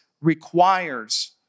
requires